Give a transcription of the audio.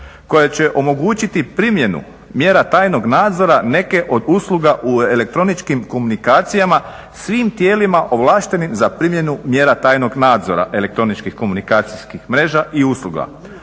koja će omogućiti primjenu tajnog nadzora neke od usluga u elektroničkim komunikacijama svim tijelima ovlaštenim za primjenu mjera tajnog nadzora elektroničkih komunikacijskih mreža i usluga.